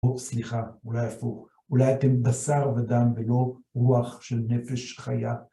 או, סליחה, אולי הפוך, אולי אתם בשר ודם ולא רוח של נפש חיה.